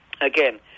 Again